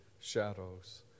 shadows